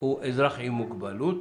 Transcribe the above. הוא אזרח עם מוגבלות,